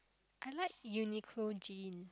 I like Uniqlo jeans